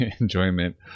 enjoyment